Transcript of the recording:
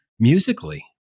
musically